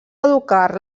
educar